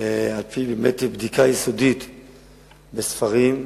על-פי בדיקה יסודית בספרים,